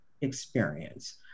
experience